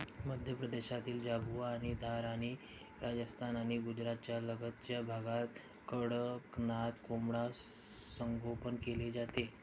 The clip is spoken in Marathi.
मध्य प्रदेशातील झाबुआ आणि धार आणि राजस्थान आणि गुजरातच्या लगतच्या भागात कडकनाथ कोंबडा संगोपन केले जाते